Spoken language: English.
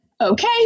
okay